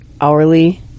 hourly